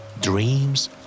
Dreams